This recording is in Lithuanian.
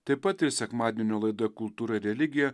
taip pat ir sekmadienio laida kultūra ir religija